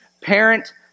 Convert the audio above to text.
parent